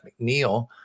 mcneil